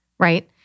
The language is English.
right